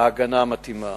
ההגנה המתאימה.